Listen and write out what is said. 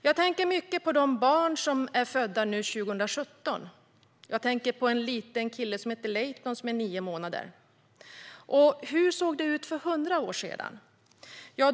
Jag tänker mycket på de barn som är födda år 2017. Jag tänker på en liten kille som heter Leyton, som är nio månader. Hur såg det ut för 100 år sedan?